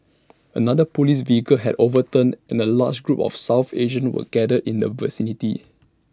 another Police vehicle had overturned and A large group of south Asians were gathered in the vicinity